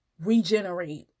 regenerate